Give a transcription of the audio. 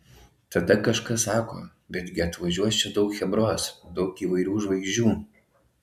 tada kažkas sako bet gi atvažiuos čia daug chebros daug įvairių žvaigždžių